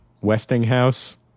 Westinghouse